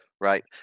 Right